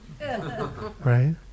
right